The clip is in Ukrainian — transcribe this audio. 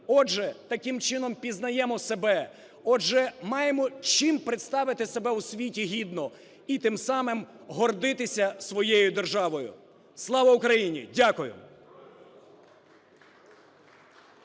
Отже, таким чином пізнаємо себе, отже, маємо чим представити себе у світі гідно і тим самим гордитися своєю державою. Слава Україні! Дякую.